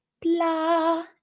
Blah